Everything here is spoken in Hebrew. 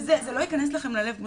זה לא יכנס לכם ללב כמו